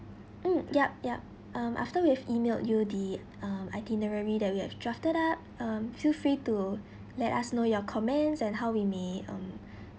mm yup yup um after we have emailed you the um itinerary that we have drafted up um feel free to let us know your comments and how we may um